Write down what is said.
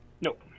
Nope